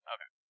Okay